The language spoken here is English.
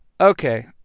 Okay